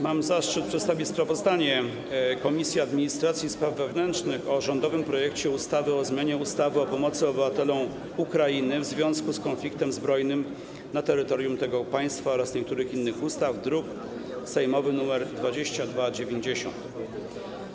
Mam zaszczyt przedstawić sprawozdanie Komisji Administracji i Spraw Wewnętrznych o rządowym projekcie ustawy o zmianie ustawy o pomocy obywatelom Ukrainy w związku z konfliktem zbrojnym na terytorium tego państwa oraz niektórych innych ustaw, druk sejmowy nr 2290.